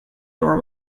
door